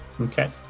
Okay